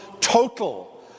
total